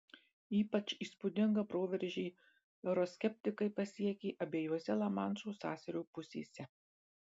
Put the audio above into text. ypač įspūdingą proveržį euroskeptikai pasiekė abiejose lamanšo sąsiaurio pusėse